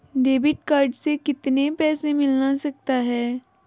Debit card से कितने पैसे मिलना सकता हैं?